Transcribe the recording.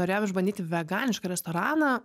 norėjom išbandyti veganišką restoraną